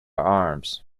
arms